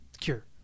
cure